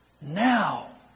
now